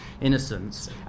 innocence